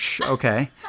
Okay